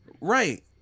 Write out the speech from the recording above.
right